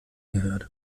gehört